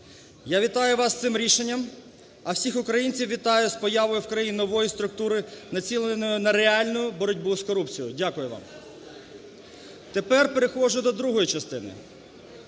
Я вітаю вас з цим рішенням. А всіх українців вітаю з появою в країні нової структури, націленої на реальну боротьбу з корупцією. Дякую вам. Тепер переходжу до другої частини.